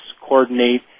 coordinate